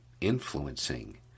influencing